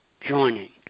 joining